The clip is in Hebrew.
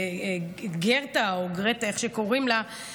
גרטה או איך שקוראים לה.